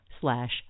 slash